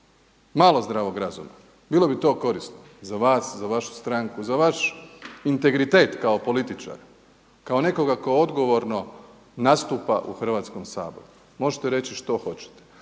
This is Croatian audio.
malo zdravog razuma. Bilo bi to korisno za vas, za vašu stranku, za vaš integritet kao političar, kao nekoga tko odgovorno nastupa u Hrvatskom saboru. Možete reći što hoćete,